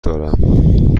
دارم